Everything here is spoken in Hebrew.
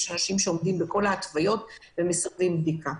יש אנשים שעומדים בכל ההתוויות ומסרבים לבדיקה.